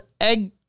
Egg